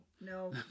no